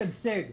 משגשג,